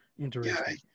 Interesting